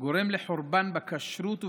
גורם לחורבן בכשרות ובגיור,